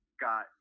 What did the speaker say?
got